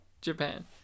Japan